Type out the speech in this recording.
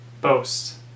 boast